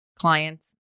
clients